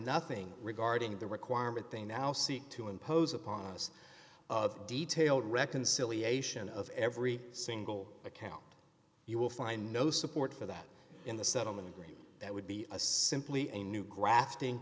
nothing regarding the requirement they now seek to impose upon us of detailed reconciliation of every single account you will find no support for that in the settlement agreement that would be a simply a new grafting